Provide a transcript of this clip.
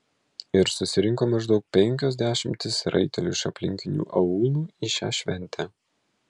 ir susirinko maždaug penkios dešimtys raitelių iš aplinkinių aūlų į šią šventę